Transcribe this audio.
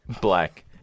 black